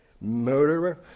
murderer